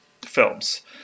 films